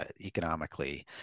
economically